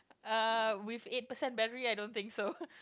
uh with eight percent battery I don't think so